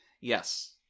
Yes